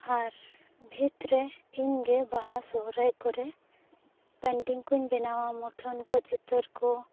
ᱟᱨ ᱵᱷᱤᱛ ᱨᱮ ᱤᱧ ᱜᱮ ᱵᱟᱦᱟ ᱥᱚᱦᱚᱨᱟᱭ ᱠᱚᱨᱮ ᱯᱮᱱᱴᱤᱝ ᱠᱚᱧ ᱵᱮᱱᱟᱣᱟ ᱢᱩᱴᱷᱟᱹᱱ ᱠᱚ ᱪᱤᱛᱟᱹᱨ ᱠᱚ